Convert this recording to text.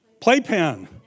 Playpen